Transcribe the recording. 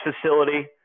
facility